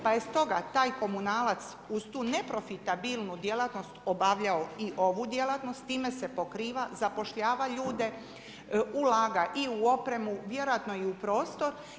Pa je stoga taj komunalac uz tu neprofitabilnu djelatnost obavljao i ovu djelatnost, s time se pokriva, zapošljava ljude, ulaga i u opremu, vjerojatno i u prostor.